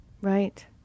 Right